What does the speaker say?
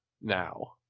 now